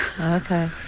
okay